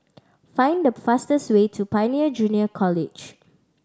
find the fastest way to Pioneer Junior College